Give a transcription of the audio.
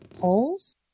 holes